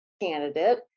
candidate